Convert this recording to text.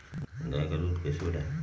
गाय का दूध कैसे बढ़ाये?